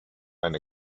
eine